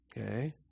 okay